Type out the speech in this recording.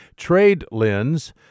TradeLens